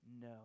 no